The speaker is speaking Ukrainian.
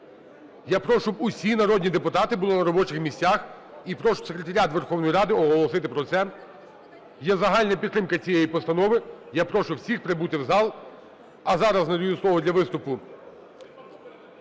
я прошу, щоб усі народні депутати були на робочих місцях і прошу Секретаріат Верховної Ради оголосити про це. Є загальна підтримка цієї постанови. Я прошу усіх прибути в зал. А зараз надаю слово для виступу.